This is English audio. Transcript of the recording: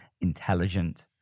intelligent